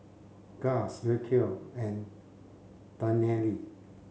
Gust Rocio and Danelle